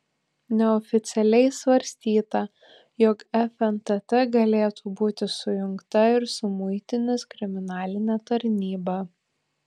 neoficialiai svarstyta jog fntt galėtų būti sujungta ir su muitinės kriminaline tarnyba